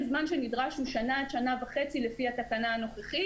הזמן שנדרש הוא שנה עד שנה וחצי לפי התקנה הנוכחית